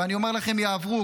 ואני אומר לכם יעברו,